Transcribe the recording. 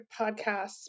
podcasts